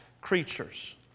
creatures